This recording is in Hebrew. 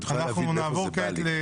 אבל את יכולה להבין מאיפה זה בא לי.